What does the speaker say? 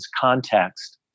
context